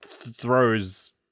throws